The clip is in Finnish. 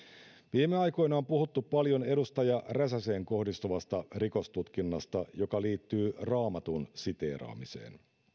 viime aikoina on puhuttu paljon edustaja räsäseen kohdistuvasta rikostutkinnasta joka liittyy raamatun siteeraamiseen